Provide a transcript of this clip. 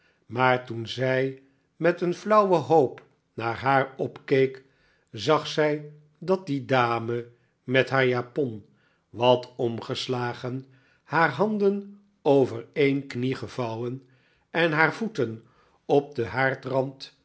maar toen zij met een flauwe hoop naar haar opkeek zag zij dat die dame met haar japon wat omgeslagen haar handen over een knie gevouwen en haar voeten op den